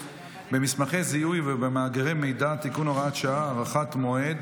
במסמכי זיהוי ובמאגר מידע (תיקון הוראת שעה) (הארכת מועד),